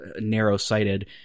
narrow-sighted